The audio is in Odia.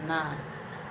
ନା